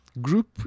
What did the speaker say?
Group